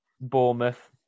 Bournemouth